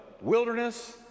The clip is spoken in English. wilderness